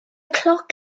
cloc